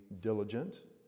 diligent